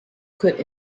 could